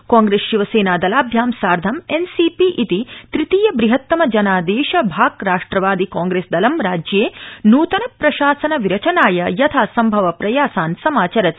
कांग्रेस शिवसेनादलाभ्यां सार्ध एन्सीपी इति तृतीय बृहत्तम जनादेश आक् राष्ट्रवादि कांग्रेस्दलं राज्ये नूतन प्रशासन विरचनाय यथासम्भव प्रयासान् समाचरति